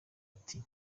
ati